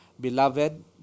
Beloved